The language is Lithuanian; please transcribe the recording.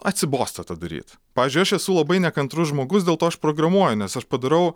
atsibosta tą daryti pavyzdžiui aš esu labai nekantrus žmogus dėl to užprogramuoju nes aš padarau